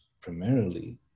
primarily